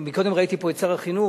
מקודם ראיתי את שר החינוך,